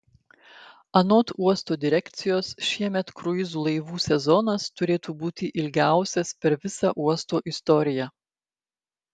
anot uosto direkcijos šiemet kruizų laivų sezonas turėtų būti ilgiausias per visą uosto istoriją